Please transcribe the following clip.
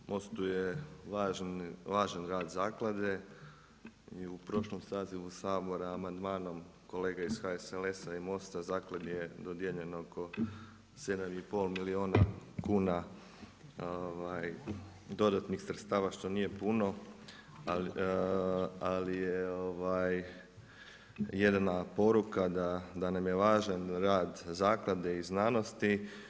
Most-u je važan rad zaklade i u prošlom sazivu Sabora amandmanom kolege iz HSLS-a i Most-a zakladi je dodijeljeno ok 7,5 milijuna kuna dodatnih sredstava što nije puno, ali je jedna poruka da nam je važan rad zaklade i znanosti.